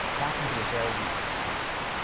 that can be a very useful construct.